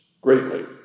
greatly